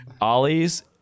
Ollie's